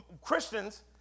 Christians